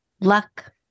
luck